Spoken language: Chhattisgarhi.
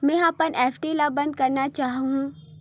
मेंहा अपन एफ.डी ला बंद करना चाहहु